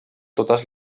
totes